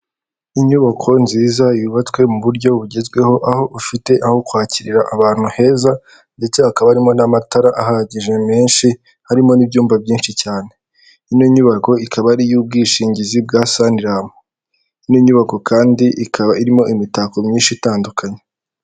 Inyubako nziza yubatswe mu buryo bugezweho, aho ufite aho kwakirira ahantu heza, ndetse hakaba harimo n'amatara ahagije menshi, harimo n'ibyumba byinshi cyane. Ino nyubako ikaba arimo ubwishingizi bwa SANIRAM. Ino nyubako kandi, ikaba irimo imitako myinshi itandukanye.